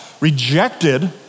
rejected